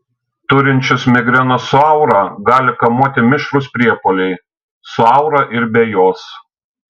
turinčius migreną su aura gali kamuoti mišrūs priepuoliai su aura ir be jos